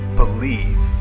believe